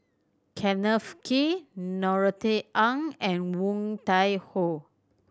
Kenneth Kee Norothy Ng and Woon Tai Ho